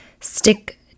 stick